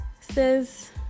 says